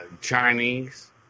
Chinese